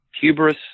Hubris